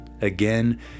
Again